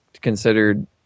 considered